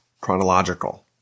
chronological